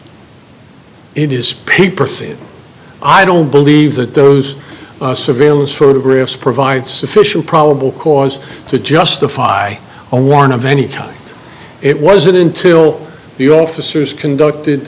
says i don't believe that those surveillance photographs provide sufficient probable cause to justify a warrant of any time it wasn't until the officers conduct